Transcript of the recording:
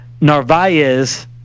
Narvaez